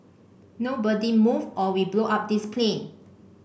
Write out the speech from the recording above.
nobody move or we blow up this plane